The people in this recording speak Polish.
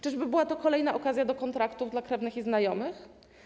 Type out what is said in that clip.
Czyżby była to kolejna okazja do kontraktów dla krewnych i znajomych?